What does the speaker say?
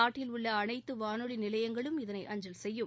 நாட்டில் உள்ள அனைத்து வானொலி நிலையங்களும் இதனை அஞ்சல் செய்யும்